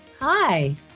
Hi